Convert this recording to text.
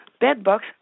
bedbugs